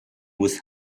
with